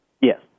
Yes